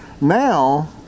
Now